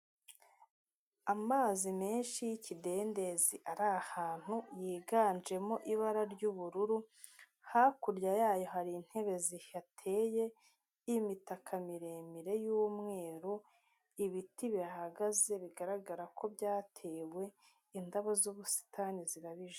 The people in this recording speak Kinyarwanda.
Amazi menshi y'ikidendezi ari ahantu yiganjemo ibara ry'ubururu, hakurya yayo hari intebe zihateye, imitaka miremire y'umweru, ibiti bihagaze bigaragara ko byatewe, indabo z'ubusitani zirabije.